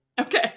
Okay